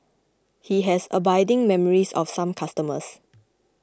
he has abiding memories of some customers